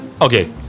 Okay